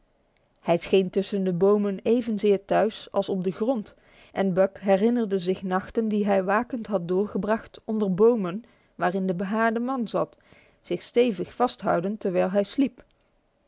scheen tussen de bomen evenzeer thuis als op de grond en buck herinnerde zich nachten die hij wakend had doorgebracht onder bomen waarin de behaarde man zat zich stevig vasthoudend terwijl hij sliep